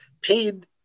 paid